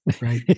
Right